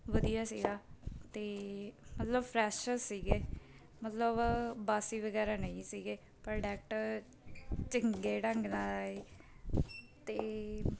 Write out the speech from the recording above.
ਵਧੀਆ ਸੀਗਾ ਅਤੇ ਮਤਲਬ ਫਰੈਸ਼ ਸੀਗੇ ਮਤਲਬ ਬਾਸੀ ਵਗੈਰਾ ਨਹੀਂ ਸੀਗੇ ਪ੍ਰੋਡਕਟ ਚੰਗੇ ਢੰਗ ਨਾਲ ਆਏ ਅਤੇ